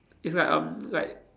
it's like um like